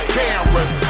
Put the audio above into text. cameras